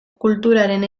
kulturaren